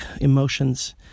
emotions